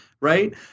right